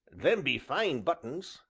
them be fine buttons!